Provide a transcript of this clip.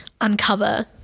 uncover